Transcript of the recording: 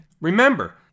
Remember